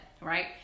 right